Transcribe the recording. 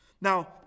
Now